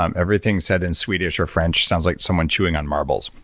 um everything said in swedish or french sounds like someone chewing on marbles.